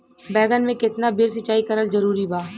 बैगन में केतना बेर सिचाई करल जरूरी बा?